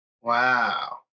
wow